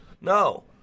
No